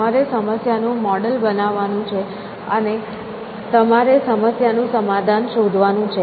તમારે સમસ્યાનું મોડેલ બનાવવાનું છે અને તમારે સમસ્યાનું સમાધાન શોધવાનું છે